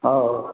हाँ हाँ